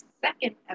second